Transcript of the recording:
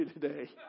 today